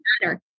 matter